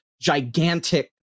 gigantic